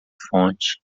fonte